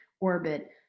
orbit